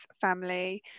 family